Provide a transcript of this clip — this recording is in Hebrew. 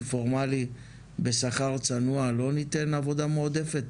פורמלי בשכר צנוע לא ניתן עבודה מועדפת?